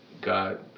got